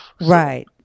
Right